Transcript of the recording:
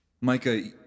Micah